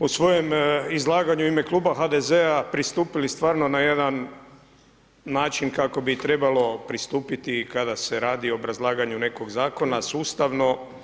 u svojem izlaganju u ime kluba HDZ-a pristupili stvarno na jedan način kako bi trebalo pristupiti kada se radi o obrazlaganju nekog zakona sustavno.